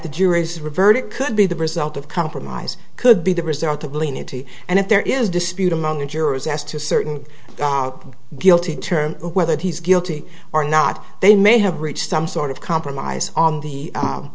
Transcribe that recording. the jurors revert it could be the result of compromise could be the result of leniency and if there is dispute among the jurors as to certain guilty in terms of whether he's guilty or not they may have reached some sort of compromise on the